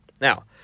now